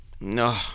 No